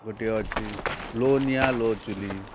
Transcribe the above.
ଗୋଟିଏ ଅଛି ଲୋ ନିଆ ଲୋ ଚୁଲି